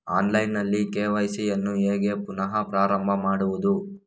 Online ನಲ್ಲಿ KYC ಯನ್ನು ಹೇಗೆ ಪುನಃ ಪ್ರಾರಂಭ ಮಾಡುವುದು?